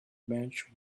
bench